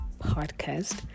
Podcast